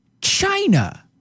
China